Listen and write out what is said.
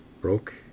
Broke